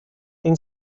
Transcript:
then